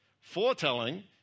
foretelling